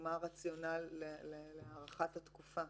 מה הרציונל להארכת התקופה?